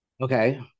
Okay